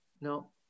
no